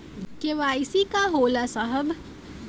KYC का होला साहब?